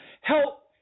help